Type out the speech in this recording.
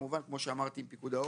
כמובן כמו שאמרתי פיקוד העורף.